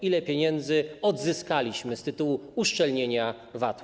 Ile pieniędzy odzyskaliśmy z tytułu uszczelnienia VAT-u?